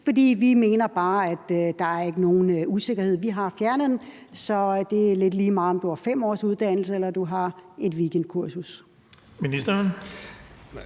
for vi mener ikke, at der er nogen usikkerhed her; vi har fjernet den, så det er lidt lige meget, om du har 5 års uddannelse eller du har et weekendkursus?